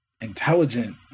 intelligent